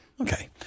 Okay